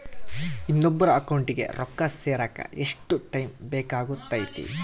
ಇನ್ನೊಬ್ಬರ ಅಕೌಂಟಿಗೆ ರೊಕ್ಕ ಸೇರಕ ಎಷ್ಟು ಟೈಮ್ ಬೇಕಾಗುತೈತಿ?